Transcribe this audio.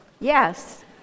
Yes